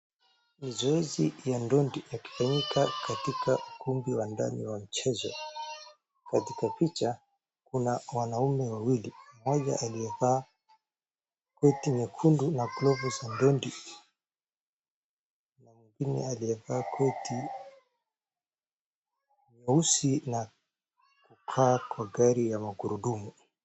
Mazoezi ya ndondi yakifanyika katika ukumbi wa ndani wa mchezo. Katika picha kuna wanaume wawili .Mmoja aliyevaa koti nyekundu na glovu za ndondi na mwingine aliyevaa koti nyeusi na ako kwa gari ya magurudumu.